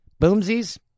Boomsies